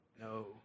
No